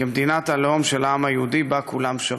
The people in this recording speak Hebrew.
כמדינת הלאום של העם היהודי שבה כולם שווים.